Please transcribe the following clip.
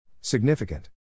Significant